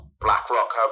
BlackRock